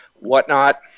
whatnot